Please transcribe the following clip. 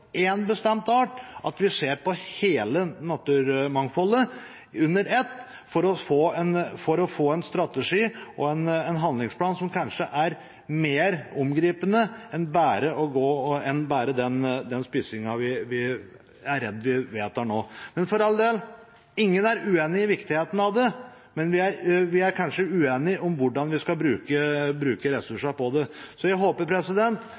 en strategi og en handlingsplan som kanskje er mer omgripende enn bare den spissingen jeg er redd vi vedtar nå. For all del, ingen er uenig i viktigheten av det, men vi er kanskje uenige om hvordan vi skal bruke ressursene. Uansett hvordan vedtaket blir her i dag, vet jeg at det kommer til å bli tatt på alvor i regjeringen, og at regjeringen kommer til å jobbe fram en sånn strategi. Jeg håper